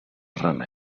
rana